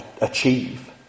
achieve